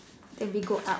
then we go up